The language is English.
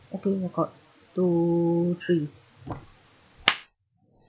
okay you got two three